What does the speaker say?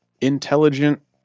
intelligent